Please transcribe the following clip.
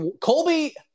Colby